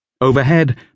Overhead